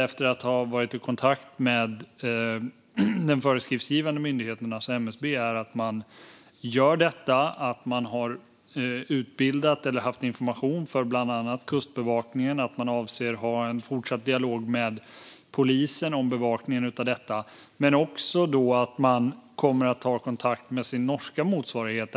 Efter att ha varit i kontakt med den föreskriftsgivande myndigheten MSB är min bild att man gör det. Man har haft utbildningar eller information för bland annat Kustbevakningen, och man avser att ha en fortsatt dialog med polisen om bevakningen av detta. Man kommer också att ta kontakt med sin norska motsvarighet.